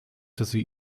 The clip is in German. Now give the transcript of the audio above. sie